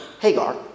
Hagar